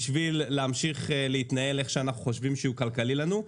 בשביל להמשיך להתנהל איך שאנחנו חושבים שכלכלי לנו,